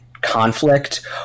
conflict